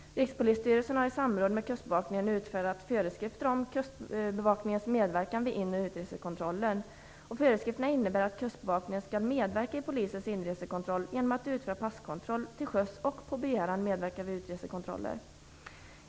Rikspolisstyrelsen har i samråd med kustbevakningen utfärdat föreskrifter om kustbevakningens medverkan vid in och utresekontroller. Föreskrifterna innebär att kustbevakningen skall medverka i polisens inresekontroll genom att utföra passkontroll till sjöss och, på begäran, medverka vid utresekontroller.